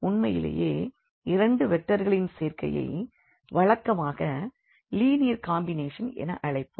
உண்மையிலேயே இரண்டு வெக்டர்களின் சேர்க்கையை வழக்கமாக லினியர் காம்பினேஷன் என அழைப்போம்